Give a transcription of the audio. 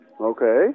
Okay